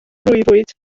briwfwyd